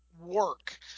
work